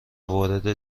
وارد